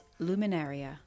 luminaria